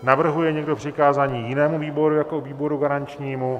Navrhuje někdo přikázání jinému výboru jako výboru garančnímu?